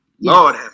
Lord